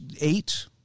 eight